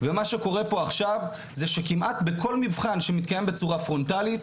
ומה שקורה פה עכשיו זה שכמעט בכל מבחן שמתקיים בצורה פרונטלית,